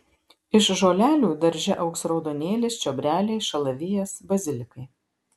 iš žolelių darže augs raudonėlis čiobreliai šalavijas bazilikai